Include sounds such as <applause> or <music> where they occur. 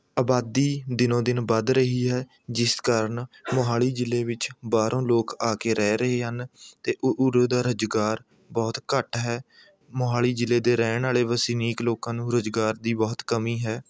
ਆਬਾਦੀ ਦਿਨੋ ਦਿਨ ਵੱਧ ਰਹੀ ਹੈ ਜਿਸ ਕਾਰਨ ਮੋਹਾਲੀ ਜ਼ਿਲ੍ਹੇ ਵਿੱਚ ਬਾਹਰੋਂ ਲੋਕ ਆ ਕੇ ਰਹਿ ਰਹੇ ਹਨ ਅਤੇ <unintelligible> ਉਰੇ ਦਾ ਰੁਜ਼ਗਾਰ ਬਹੁਤ ਘੱਟ ਹੈ ਮੋਹਾਲੀ ਜ਼ਿਲ੍ਹੇ ਦੇ ਰਹਿਣ ਵਾਲੇ ਵਸਨੀਕ ਲੋਕਾਂ ਨੂੰ ਰੁਜ਼ਗਾਰ ਦੀ ਬਹੁਤ ਕਮੀ ਹੈ